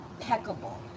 impeccable